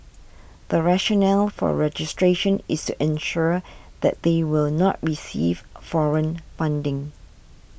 the rationale for registration is to ensure that they will not receive foreign funding